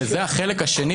וזה החלק השני,